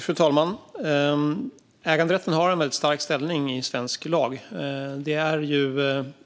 Fru talman! Äganderätten har en stark ställning i svensk lag.